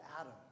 Adam